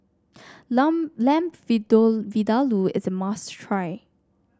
Lamb Vindaloo is a must try